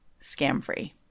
scam-free